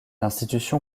institution